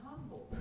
humble